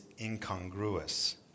incongruous